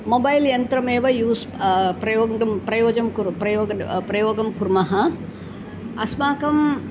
मोबैल्यन्त्रमेव use प्रयोगं प्रयोगं कृरु प्रयोगं प्रयोगं कुर्मः अस्माकम्